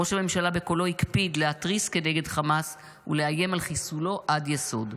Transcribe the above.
ראש הממשלה בקולו הקפיד להתריס כנגד חמאס ולאיים על חיסולו עד יסוד.